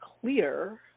clear